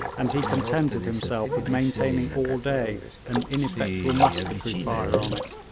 and he contented himself with maintaining all day an ineffectual musketry fire on it.